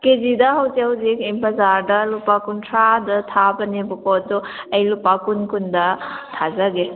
ꯀꯦꯖꯤꯗ ꯍꯧꯖꯤꯛ ꯖꯧꯖꯤꯛ ꯕꯖꯥꯔꯗ ꯂꯨꯄꯥ ꯀꯨꯟꯊ꯭ꯔꯥꯗ ꯊꯥꯕꯅꯦꯕꯀꯣ ꯑꯗꯣ ꯑꯩ ꯂꯨꯄꯥ ꯀꯨꯟ ꯀꯨꯟꯗ ꯊꯥꯖꯒꯦ